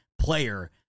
player